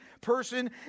person